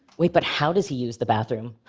wait, but how does he use the bathroom?